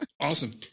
awesome